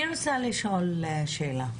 אני רוצה לשאול שאלה.